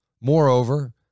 Moreover